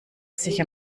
sich